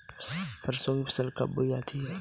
सरसों की फसल कब बोई जाती है?